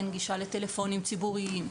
אין גישה לטלפונים ציבוריים,